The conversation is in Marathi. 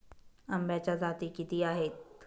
आंब्याच्या जाती किती आहेत?